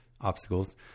obstacles